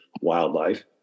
wildlife